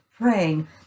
praying